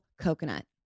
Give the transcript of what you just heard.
coconut